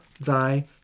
thy